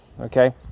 Okay